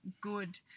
good